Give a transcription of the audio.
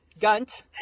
gunt